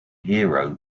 hero